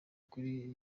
kuri